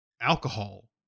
alcohol